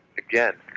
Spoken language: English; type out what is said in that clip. again,